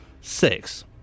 six